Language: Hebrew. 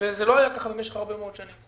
זה לא היה ככה משך הרבה מאוד שנים.